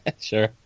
Sure